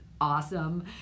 awesome